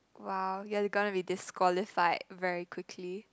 !wow! you're gonna be disqualified very quickly